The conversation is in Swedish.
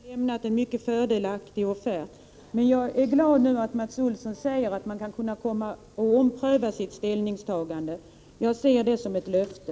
Fru talman! Ur besparingssynpunkt bör noteras att Nyköpings kommun lämnat en mycket fördelaktig offert. Jag är glad att Mats Olsson nu säger att man kan komma att ompröva sitt ställningstagande. Jag ser det som ett löfte.